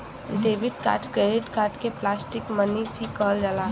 debit card credit card के plastic money भी कहल जाला